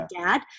Dad